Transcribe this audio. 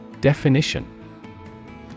Definition